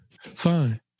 Fine